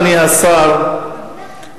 אדוני השר,